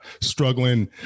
struggling